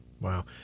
Wow